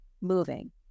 moving